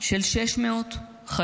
של 600 חללים,